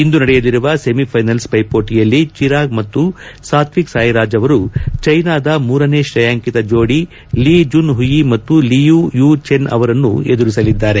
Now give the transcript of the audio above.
ಇಂದು ನಡೆಯಲಿರುವ ಸೆಮಿಫ್ಟನಲ್ಲಿ ವೈಪೋಟಿಯಲ್ಲಿ ಚಿರಾಗ್ ಮತ್ತು ಸಾತ್ವಿಕಸಾಯಿರಾಜ್ ಅವರು ಚೀನಾದ ಮೂರನೇ ಶ್ರೇಯಾಂಕಿತ ಜೋಡಿ ಲೀ ಜುನ್ ಹುಯಿ ಮತ್ತು ಲಿಯು ಯು ಚೆನ್ ಅವರನ್ನು ಎದುರಿಸಲಿದ್ದಾರೆ